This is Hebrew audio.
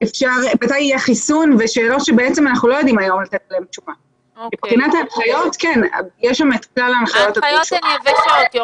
זו לא רק מגפה בריאותית, יש פה מגפה כלכלית.